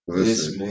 Listen